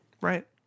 Right